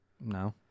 No